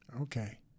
Okay